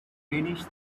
greenish